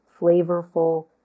flavorful